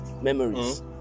Memories